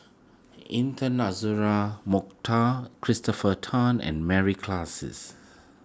Intan Azura Mokhtar Christopher Tan and Mary Klasses